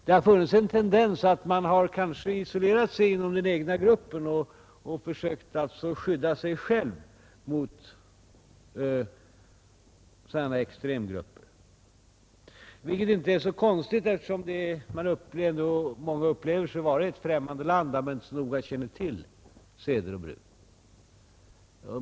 Man har kanske haft en tendens att isolera sig inom den egna gruppen och försöka skydda sig själv mot sådana här extremistgrupper, vilket inte är så konstigt eftersom många upplever sig vara i ett främmande land vars seder och bruk man inte så noga känner till.